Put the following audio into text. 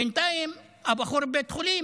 בינתיים הבחור בבית חולים.